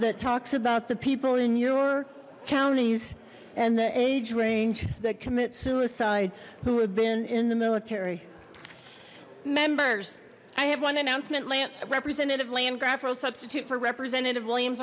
that talks about the people in your counties and the age range that commit suicide who have been in the military members i have one announcement lant representative landgraf roe substitute for representative williams